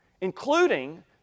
including